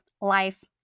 life